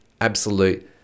absolute